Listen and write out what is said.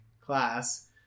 class